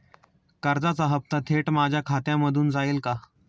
कर्जाचा हप्ता थेट माझ्या खात्यामधून जाईल का?